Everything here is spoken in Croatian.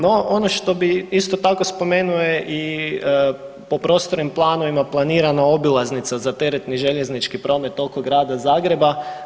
No, ono što bi isto tako spomenuo je i po prostornim planovima planirana obilaznica za teretni i željeznički promet oko Grada Zagreba.